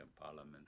Parliament